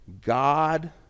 God